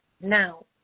Now